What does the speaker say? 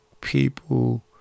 people